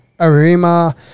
Arima